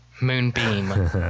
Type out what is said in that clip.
Moonbeam